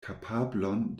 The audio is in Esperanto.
kapablon